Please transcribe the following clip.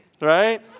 right